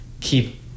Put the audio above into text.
keep